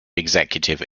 executive